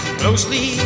closely